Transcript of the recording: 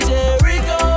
Jericho